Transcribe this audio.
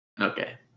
Okay